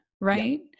right